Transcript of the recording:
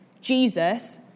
Jesus